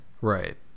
right